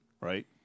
right